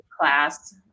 class